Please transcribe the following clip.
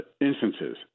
instances